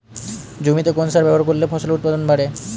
জমিতে কোন সার ব্যবহার করলে ফসলের উৎপাদন বাড়ে?